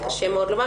זה קשה מאוד לומר,